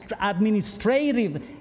administrative